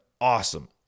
awesome